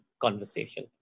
conversation